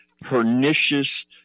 pernicious